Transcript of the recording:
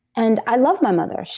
and i love my mother.